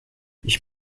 ich